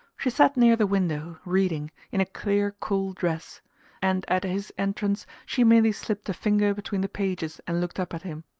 she sat near the window, reading, in a clear cool dress and at his entrance she merely slipped a finger between the pages and looked up at him.